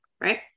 Right